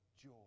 joy